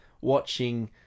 watching